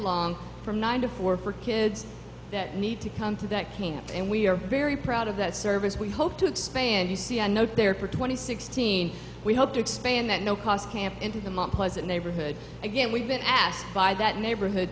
long from nine to four for kids that need to come to that camp and we are very proud of that service we hope to expand you see a note there for twenty sixteen we hope to expand that no cost camp into the mount pleasant neighborhood again we've been asked by that neighborhood